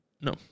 No